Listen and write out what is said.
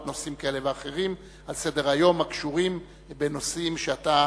נושאים כאלה ואחרים על סדר-היום הקשורים בנושאים שאתה